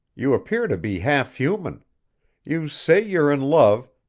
you appear to be half human you say you're in love,